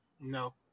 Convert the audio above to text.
No